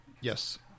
Yes